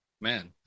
Man